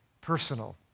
personal